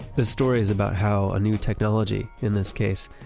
this story is about how new technology, in this case,